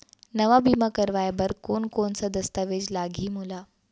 नवा बीमा करवाय बर कोन कोन स दस्तावेज लागही मोला?